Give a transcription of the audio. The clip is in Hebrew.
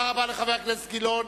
תודה רבה לחבר הכנסת גילאון.